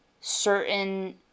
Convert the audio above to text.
certain